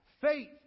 Faith